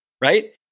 Right